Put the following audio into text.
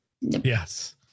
Yes